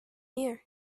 year